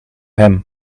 hem